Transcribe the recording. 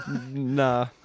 nah